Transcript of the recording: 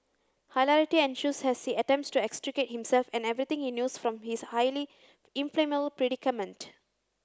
hilarity ensues as he attempts to extricate himself and everything he knows from his highly predicament